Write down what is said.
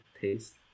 taste